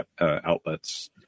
outlets